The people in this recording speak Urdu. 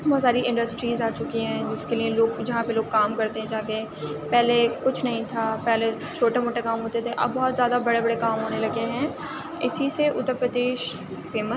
بہت ساری انڈسٹریز آ چکی ہیں جس کے لیے لوگ جہاں پہ لوگ کام کرتے جاتے ہیں پہلے کچھ نہیں تھا پہلے چھوٹا موٹے کام ہوتے تھے اب بہت زیادہ بڑے بڑے کام ہونے لگے ہیں اِسی سے اُتر پردیش فیمس